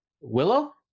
Willow